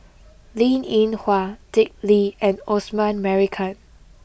Linn In Hua Dick Lee and Osman Merican